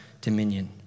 dominion